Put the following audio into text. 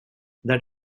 that